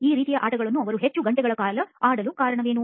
ಈ ರೀತಿಯ ಆಟಗಳನ್ನು ಅವರು ಹೆಚ್ಚು ಗಂಟೆಗಳ ಕಾಲ ಆಡಲು ಕಾರಣವೇನು